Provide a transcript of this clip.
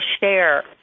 share